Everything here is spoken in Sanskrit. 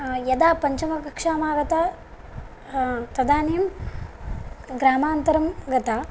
यदा पञ्चमकक्षामागता तदानीं ग्रामान्तरं गता